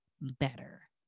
better